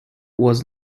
was